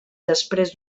després